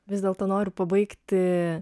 vis dėlto noriu pabaigti